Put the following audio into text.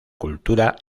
cultura